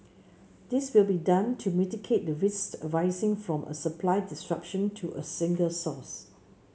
this will be done to mitigate the risks arising from a supply disruption to a single source